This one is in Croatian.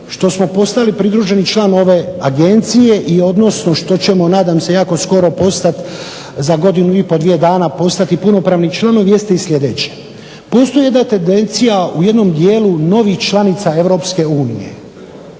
što smo postali pridruženi član ove Agencije i odnosno što ćemo nadam se jako skoro postati za godinu i pol, dvije dana postati punopravni članovi jeste i sljedeće: postoji jedna tendencija u jednom dijelu novih članica EU da